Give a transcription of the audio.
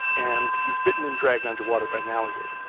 and he's bitten and dragged underwater by an alligator.